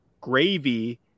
gravy